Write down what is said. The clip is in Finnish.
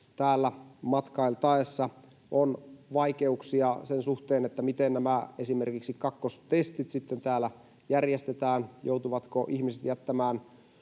täällä matkailtaessa on vaikeuksia sen suhteen, miten esimerkiksi kakkostestit täällä järjestetään, niin joutuvatko ihmiset jättämään